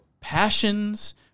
passions